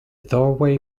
doorway